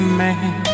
man